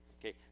Okay